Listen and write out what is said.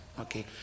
Okay